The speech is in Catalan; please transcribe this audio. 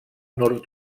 nord